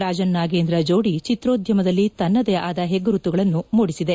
ರಾಜನ್ ನಾಗೇಂದ್ರ ಜೋಡಿ ಚಿತ್ರೋದ್ಯಮದಲ್ಲಿ ತನ್ನದೇ ಆದ ಹೆಗ್ಗುರುತುಗಳನ್ನು ಮೂಡಿಸಿದೆ